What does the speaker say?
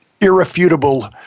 irrefutable